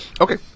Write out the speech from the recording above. Okay